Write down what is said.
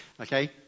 Okay